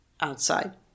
outside